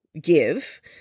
give